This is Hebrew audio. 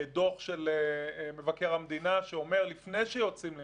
דוח של מבקר המדינה שאומר: לפני שיוצאים למבצע,